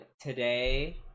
today